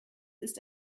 ist